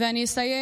אני אסיים